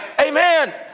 Amen